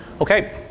Okay